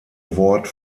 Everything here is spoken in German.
wort